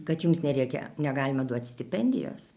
kad jums nereikia negalima duot stipendijos